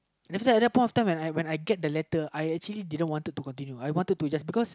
after that at that point of time I when I get the letter I actually didn't want to continue I wanted to just because